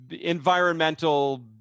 environmental